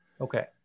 Okay